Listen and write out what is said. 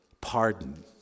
pardon